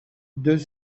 deux